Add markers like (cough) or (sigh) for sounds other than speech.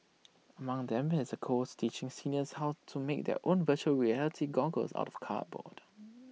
among them is A course teaching seniors how to make their own Virtual Reality goggles out of cardboard (noise)